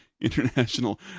International